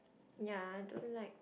ya I don't like